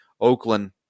Oakland